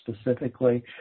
specifically